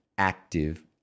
active